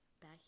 back